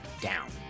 down